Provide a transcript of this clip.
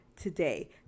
today